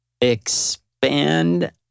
expand